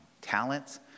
talents